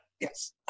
Yes